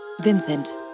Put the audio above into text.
Vincent